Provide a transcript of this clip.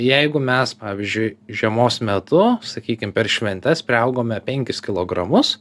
jeigu mes pavyzdžiui žiemos metu sakykim per šventes priaugome penkis kilogramus